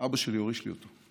אבא שלי הוריש לי אותו,